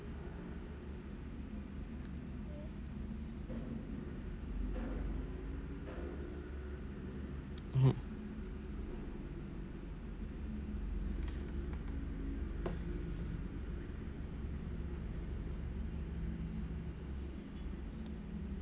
mmhmm